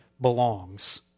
belongs